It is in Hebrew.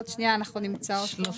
כן, אז עוד שנייה אנחנו נמצא אותו.